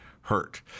hurt